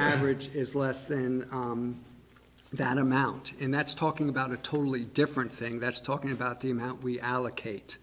average is less than that amount and that's talking about a totally different thing that's talking about the amount we allocate